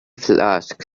flask